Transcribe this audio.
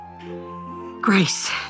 Grace